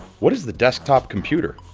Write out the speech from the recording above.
what is the desktop computer?